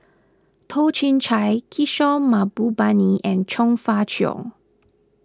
Toh Chin Chye Kishore Mahbubani and Chong Fah Cheong